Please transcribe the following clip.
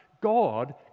God